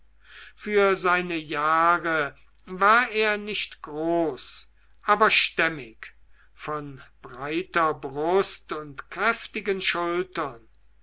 für seine jahre war er nicht groß aber stämmig von breiter brust und kräftigen schultern